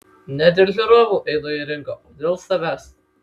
ne dėl žiūrovų einu į ringą o dėl savęs